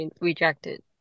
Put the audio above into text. rejected